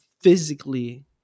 physically